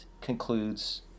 concludes